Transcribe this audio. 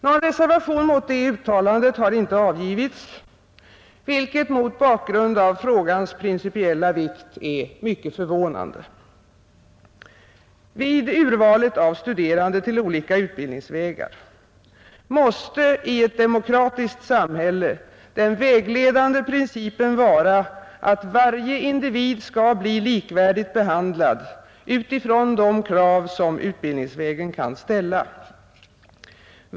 Någon reservation mot detta uttalande har icke avgivits, vilket mot bakgrund av frågans principiella vikt är mycket förvånande. Vid urvalet av studerande till olika utbildningsvägar måste i ett demokratiskt samhälle den vägledande principen vara, att varje individ skall bli likvärdigt behandlad utifrån de krav som utbildningsvägen kan ställa.